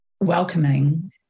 welcoming